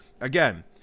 Again